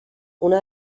una